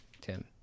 Tim